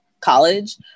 college